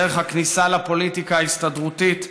דרך הכניסה לפוליטיקה ההסתדרותית,